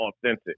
authentic